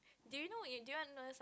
do you know if do you want to knows